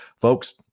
folks